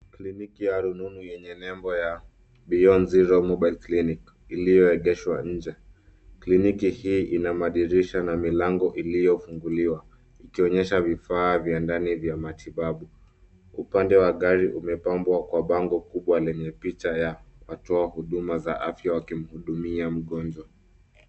Kliniki ya rununu yenye nembo ya beyond zero mobile clinic , iliyoegeshwa nje. Kliniki hii ina madirisha na milango iliyofunguliwa, ikionyesha vifaa vya ndani vya matibabu. Upande wa gari umepambwa kwa bango kubwa lenye picha ya watoa huduma za afya wakimhudumia mgonjwa.